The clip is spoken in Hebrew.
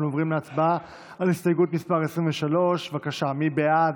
אנחנו עוברים להצבעה על הסתייגות מס' 23. מי בעד?